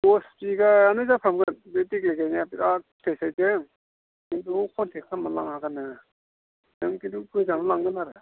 दस बिगायानो जाफ्रामगोन बे देग्लाय गायनाया बिराद बेखौ कन्टेक खालामना लांनो हागोन नोङो नों खिन्थु मोजाङानो लांगोन आरो